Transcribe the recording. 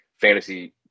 fantasy